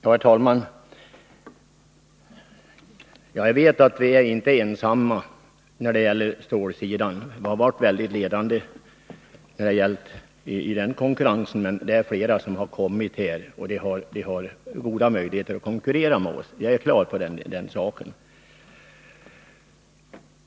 Herr talman! Jag vet att vi inte är ensamma när det gäller stålproduktion. Vi har varit ledande i konkurrensen på stålsidan, men flera andra har nu kommit fram som har goda möjligheter att konkurrera med oss — det står helt klart.